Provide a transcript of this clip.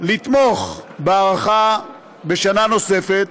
לתמוך בהארכה בשנה נוספת,